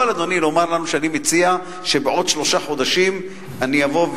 יכול אדוני לומר לנו: אני מציע שבעוד שלושה חודשים אני אבוא.